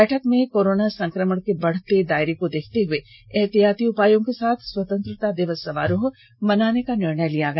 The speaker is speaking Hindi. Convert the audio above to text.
बैठक में कोरोना संकमण के बढ़ते दायरे को देखते हुए एहितियाती उपायों के साथ स्वतंत्रता दिवस समारोह मनाने का निर्णय किया गया